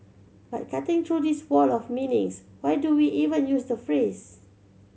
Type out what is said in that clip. but cutting through this wall of meanings why do we even use the phrase